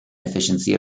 efficiency